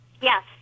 Yes